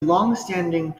longstanding